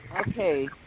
Okay